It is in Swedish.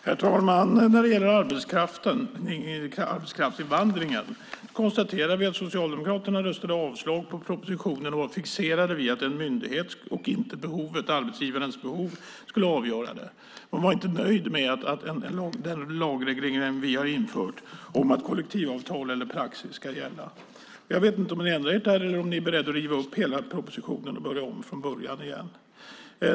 Herr talman! När det gäller arbetskraftsinvandringen konstaterar vi att Socialdemokraterna röstade för avslag på propositionen och var fixerade vid att en myndighet och inte arbetsgivarens behov skulle avgöra. Man var inte nöjd med den lagreglering vi har infört om att kollektivavtal eller praxis ska gälla. Jag vet inte om ni har ändrat er där eller om ni är beredda att riva upp hela propositionen och börja om från början igen.